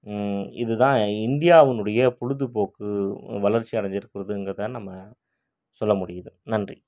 இது தான் இந்தியாவுனுடைய பொழுதுபோக்கு வளர்ச்சி அடஞ்சிருக்கிறதுங்கிறத நம்ம சொல்ல முடியுது நன்றி